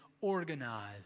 organized